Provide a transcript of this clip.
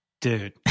dude